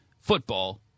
football